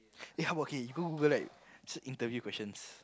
eh how about okay you go Google like interview questions